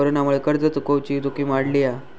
कोरोनामुळे कर्ज चुकवुची जोखीम वाढली हा